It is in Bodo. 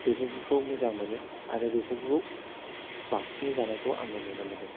बेफोरफोरखौ मोजां मोनो आरो बेफोरखौ बांसिनै जानायखौ आङो नुनो मोनो